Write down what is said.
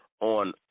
on